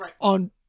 on